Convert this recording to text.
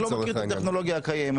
לא מכיר את הטכנולוגיה הקיימת.